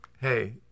hey